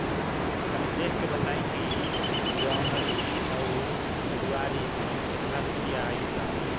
तनी देख के बताई कि जौनरी आउर फेबुयारी में कातना रुपिया आएल बा?